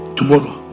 tomorrow